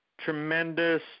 tremendous